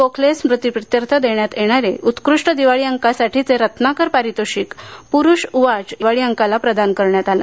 गोखले स्मृतिप्रित्यर्थ देण्यात येणारे उत्कृष्ट दिवाळी अंकासाठीचे रत्नाकर पारितोषिक प्रुष उवाच या दिवाळी अंकाला प्रदान करण्यात आले